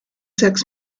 sex